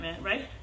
right